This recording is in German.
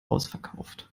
ausverkauft